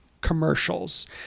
commercials